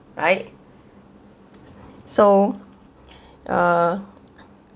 right so uh